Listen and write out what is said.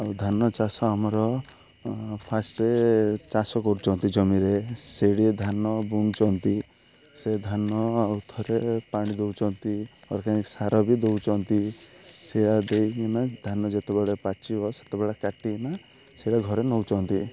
ଆଉ ଧାନ ଚାଷ ଆମର ଫାର୍ଷ୍ଟରେ ଚାଷ କରୁଛନ୍ତି ଜମିରେ ସେଇଠି ଧାନ ବୁଣୁଛନ୍ତି ସେ ଧାନ ଆଉ ଥରେ ପାଣି ଦେଉଛନ୍ତି ଅର୍ଗାନିକ୍ ସାର ବି ଦେଉଛନ୍ତି ସେଇଆ ଦେଇକିନା ଧାନ ଯେତେବେଳେ ପାଚିବ ସେତେବେଳେ କାଟିକିନା ସେଇଟା ଘରେ ନେଉଛନ୍ତି